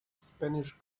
spanish